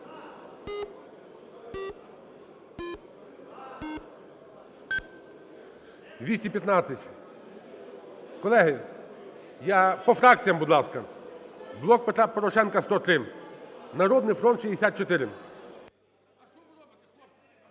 За-215 Колеги, я… По фракціям, будь ласка. "Блок Петра Порошенка" – 103, "Народний фронт" –